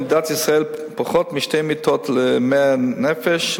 במדינת ישראל פחות משתי מיטות ל-1,000 נפש,